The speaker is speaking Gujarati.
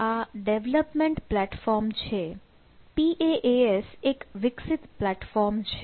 આ ડેવલપમેન્ટ પ્લેટફોર્મ છે PaaS એક વિકસિત પ્લેટફોર્મ છે